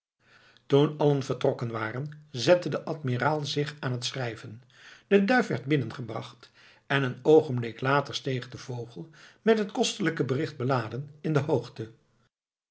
toen allen vertrokken waren zette de admiraal zich aan het schrijven de duif werd binnengebracht en een oogenblik later steeg de vogel met het kostelijke bericht beladen in de hoogte